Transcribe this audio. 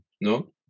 no